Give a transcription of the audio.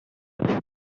quan